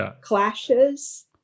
Clashes